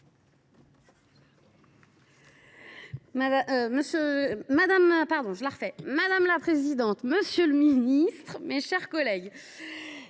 Madame la présidente, monsieur le ministre, mes chers collègues,